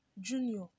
Junior